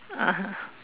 (uh huh)